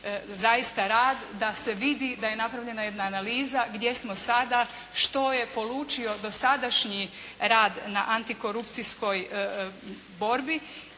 zaista rad da se vidi da je napravljena jedna analiza gdje smo sada, što je polučio dosadašnji rad na antikorupcijskoj borbi